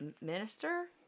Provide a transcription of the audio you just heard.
minister